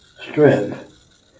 strength